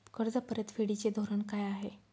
कर्ज परतफेडीचे धोरण काय आहे?